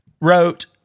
wrote